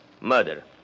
Murder